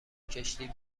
کشتی